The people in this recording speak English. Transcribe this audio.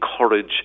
encourage